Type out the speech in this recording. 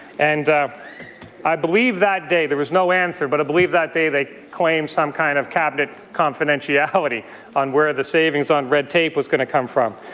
and i believe that day, there was no answer, but i believe that day they claimed some kind of cabinet confidentiality on where the savings on red tape was going to come from.